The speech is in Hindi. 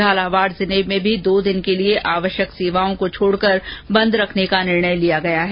झालावाड जिले में भी दो दिन के लिए आवश्यक सेवाओं को छोडकर बंद रखने का निर्णय लिया गया है